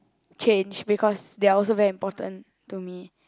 change because they're also very important to me